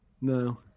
No